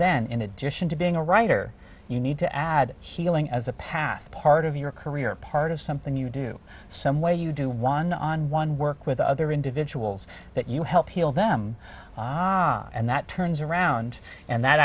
then in addition to being a writer you need to add healing as a path part of your career a part of something you do some way you do one on one work with other individuals that you help heal them and that turns around and that